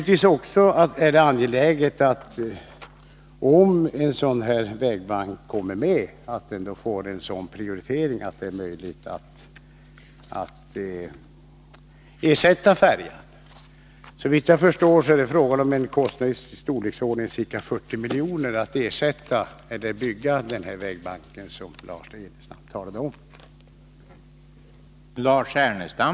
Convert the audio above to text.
Det är naturligtvis angeläget att en vägbank — om den kommer med i planerna — får en sådan prioritering att det är möjligt att ersätta färjan med den. Såvitt jag förstår är det fråga om en kostnad i storleksordningen 40 milj.kr. för att bygga den vägbank som Lars Ernestam talat om.